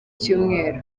cyumweru